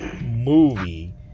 movie